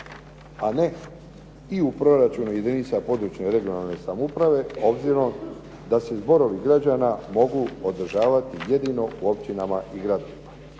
a ne i u proračunu jedinica područne, regionalne samouprave, obzirom da se zborovi građana mogu održavati jedino u općinama i gradovima.